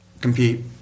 compete